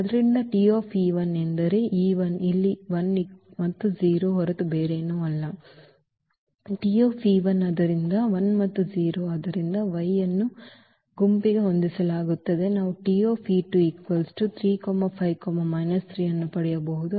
ಆದ್ದರಿಂದ ಎಂದರೆ ಇಲ್ಲಿ 1 ಮತ್ತು 0 ಹೊರತು ಬೇರೇನೂ ಅಲ್ಲ ನಾವು T e 2 35 3 ಅನ್ನು ಪಡೆಯಬಹುದು